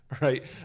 right